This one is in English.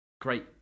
great